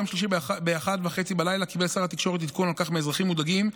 ביום שלישי ב-01:30 קיבל שר התקשורת עדכון על כך מאזרחים מודאגים,